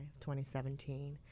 2017